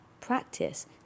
Practice